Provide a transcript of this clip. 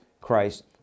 Christ